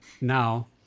now